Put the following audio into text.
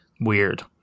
Weird